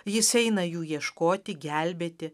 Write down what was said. jis eina jų ieškoti gelbėti